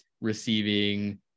receiving